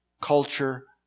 culture